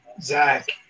Zach